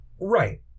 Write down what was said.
Right